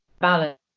balance